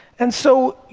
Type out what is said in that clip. and so,